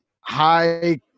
high